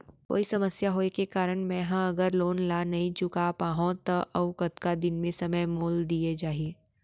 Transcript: कोई समस्या होये के कारण मैं हा अगर लोन ला नही चुका पाहव त अऊ कतका दिन में समय मोल दीये जाही?